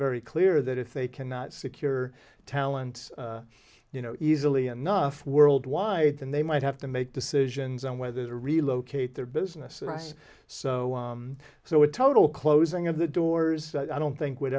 very clear that if they cannot secure talent you know easily enough worldwide then they might have to make decisions on whether to relocate their business address so so a total closing of the doors i don't think would